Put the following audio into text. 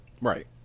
Right